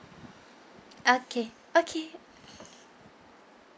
okay okay